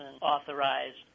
authorized